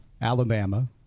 Alabama